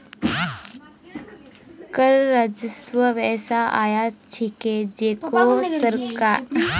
कर राजस्व वैसा आय छिके जेको सरकारेर द्वारा वसूला जा छेक